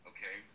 Okay